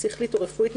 שכלית או רפואית,